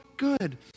good